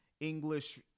English